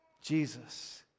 Jesus